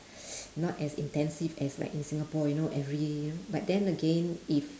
not as intensive as like in singapore you know every but then again if